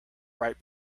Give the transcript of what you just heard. right